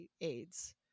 aids